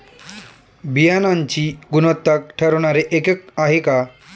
बियाणांची गुणवत्ता ठरवणारे एकक आहे का?